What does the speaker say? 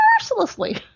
mercilessly